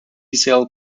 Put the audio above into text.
cell